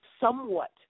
somewhat